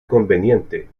conveniente